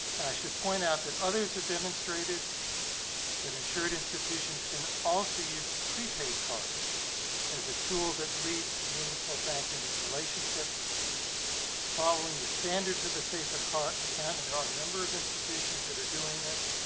and i should point out that others have demonstrated that insured institutions can also use prepaid cards as a tool that leads to meaningful banking relationships following the standards of the safe account. and there are a number of institutions that are doing this,